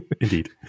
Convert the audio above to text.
indeed